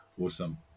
awesome